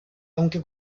aunque